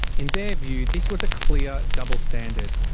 in their view this was a clear double standard.